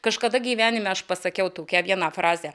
kažkada gyvenime aš pasakiau tokią vieną frazę